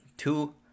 Two